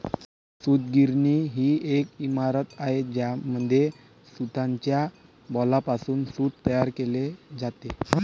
सूतगिरणी ही एक इमारत आहे ज्यामध्ये सूताच्या बॉलपासून सूत तयार केले जाते